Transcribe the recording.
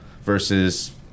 versus